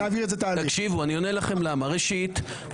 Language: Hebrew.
ראשית,